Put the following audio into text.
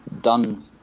done